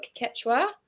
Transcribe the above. Quechua